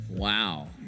Wow